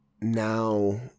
now